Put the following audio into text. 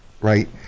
right